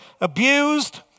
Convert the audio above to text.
abused